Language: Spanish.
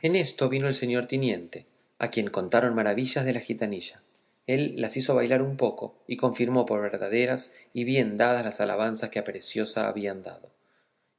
en esto vino el señor tiniente a quien contaron maravillas de la gitanilla él las hizo bailar un poco y confirmó por verdaderas y bien dadas las alabanzas que a preciosa habían dado